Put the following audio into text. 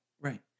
Right